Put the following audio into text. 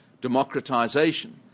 democratization